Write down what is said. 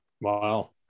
Wow